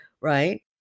right